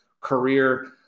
career